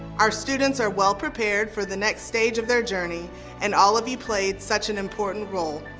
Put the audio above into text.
our students are well prepared for the next stage of their journey and all of you played such an important role.